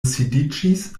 sidiĝis